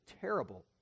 terrible